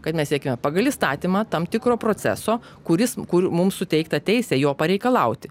kad mes siekiame pagal įstatymą tam tikro proceso kuris kur mum suteikta teisė jo pareikalauti